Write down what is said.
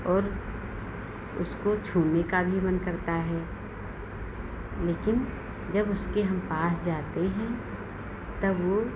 और उसको छूने का भी मन करता है लेकिन जब उसके हम पास जाते हैं तब वह